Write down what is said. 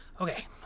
Okay